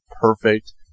perfect